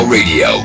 Radio